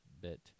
bit